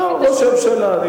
לא, ראש הממשלה.